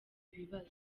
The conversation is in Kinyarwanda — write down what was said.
bibazo